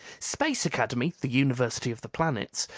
space academy, the university of the planets,